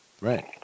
Right